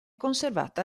conservata